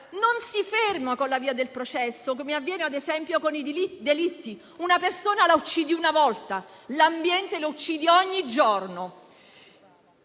non si ferma con la via del processo, come avviene ad esempio con i delitti. Una persona la uccidi una volta, l'ambiente lo uccidi ogni giorno.